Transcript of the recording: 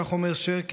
כך אומר שרקי,